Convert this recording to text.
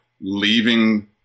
leaving